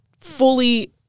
fully